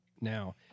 Now